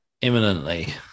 imminently